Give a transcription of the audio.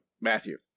Matthew